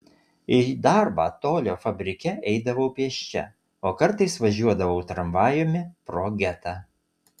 į darbą tolio fabrike eidavau pėsčia o kartais važiuodavau tramvajumi pro getą